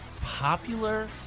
Popular